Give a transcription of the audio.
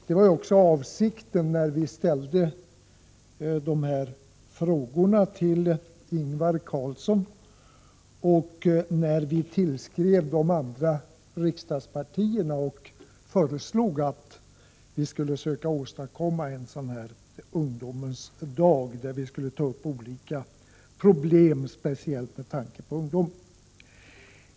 Det var avsikten när vi ställde interpellationerna till Ingvar Carlsson och tillskrev de andra riksdagspartierna och föreslog att vi skulle försöka åstadkomma en ungdomens dag, där vi skulle ta upp olika problem speciellt med tanke på ungdomen.